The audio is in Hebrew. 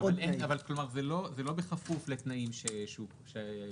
אבל זה לא בכפוף לתנאים שיקבע.